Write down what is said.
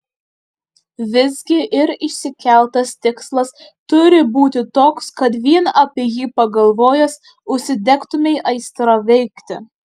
visgi ir išsikeltas tikslas turi būti toks kad vien apie jį pagalvojęs užsidegtumei aistra veikti